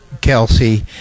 Kelsey